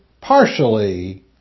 partially